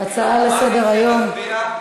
מה אתה מציע להצביע?